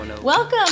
Welcome